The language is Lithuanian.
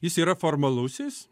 jis yra formalusis